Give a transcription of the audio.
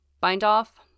bind-off